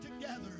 together